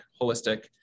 holistic